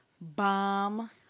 Bomb